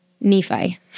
Nephi